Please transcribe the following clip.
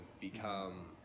become